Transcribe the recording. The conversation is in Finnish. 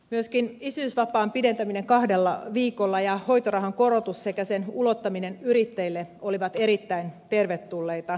myöskin isyysvapaan pidentäminen kahdella viikolla ja hoitorahan korotus sekä sen ulottaminen yrittäjille olivat erittäin tervetulleita